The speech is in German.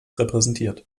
repräsentiert